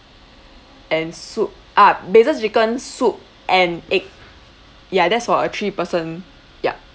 and soup ah basil chicken soup and egg ya that's for a three person yup